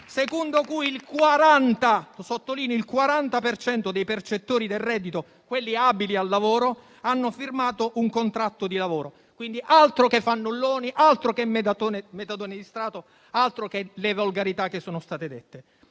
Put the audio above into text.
sottolineo - dei percettori del reddito, quelli abili al lavoro, hanno firmato un contratto di lavoro; quindi, altro che fannulloni, altro che metadone di Stato o le volgarità che sono state dette.